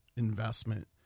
investment